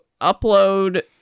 upload